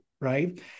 right